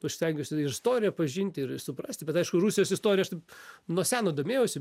aš stengiuosi ir istoriją pažinti ir suprasti bet aišku rusijos istorija aš taip nuo seno domėjausi